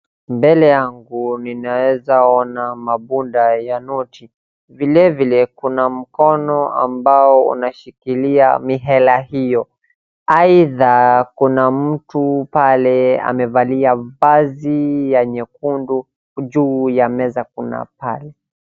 Mbele yangu ninaweza ona mabunda ya noti, vilevile kuna mkono ambao unashikilia mihela hiyo, aidha na kuna mtu pale amevalia vazi ya nyekundu, juu ya meza kuna pale.